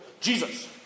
Jesus